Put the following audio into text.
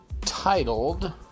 titled